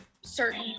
certain